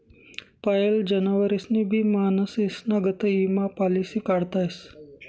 पायेल जनावरेस्नी भी माणसेस्ना गत ईमा पालिसी काढता येस